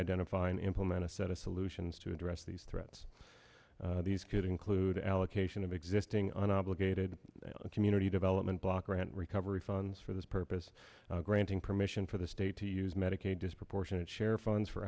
identify and implemented a set of solutions to address these threats these could include allocation of existing unobligated and community development block grant recovery funds for this purpose granting permission for the state to use medicaid disproportionate share funds for